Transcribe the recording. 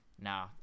No